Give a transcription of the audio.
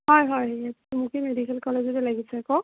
হয় হয় টুমুকী মেডিকেল কলেজতে লাগিছে কওক